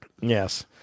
Yes